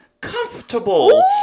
comfortable